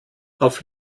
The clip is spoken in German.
auf